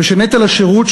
ונטל השירות,